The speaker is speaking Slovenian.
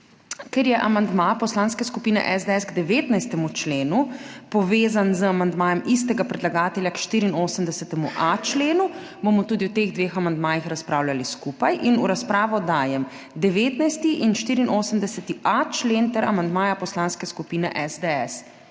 Ker je amandma Poslanske skupine SDS k 19. členu povezan z amandmajem istega predlagatelja k 84.a členu, bomo tudi o teh dveh amandmajih razpravljali skupaj. V razpravo dajem 19. in 84.a člen ter amandmaja Poslanske skupine SDS.